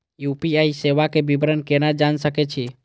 UPI सेवा के विवरण केना जान सके छी?